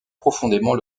profondément